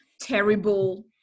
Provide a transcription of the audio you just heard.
terrible